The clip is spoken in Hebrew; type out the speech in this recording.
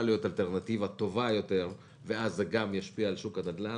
אלטרנטיבה טובה יותר ואז זה גם ישפיע על שוק הנדל"ן.